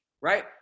right